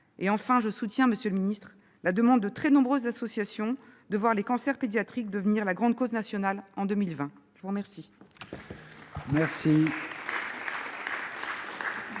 Enfin, je soutiens, monsieur le secrétaire d'État, la demande de très nombreuses associations de voir les cancers pédiatriques devenir grande cause nationale en 2020. La parole